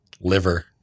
Liver